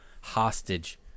hostage